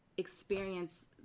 Experience